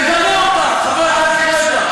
תגנו אותם, חבר הכנסת גואטה.